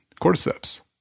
cordyceps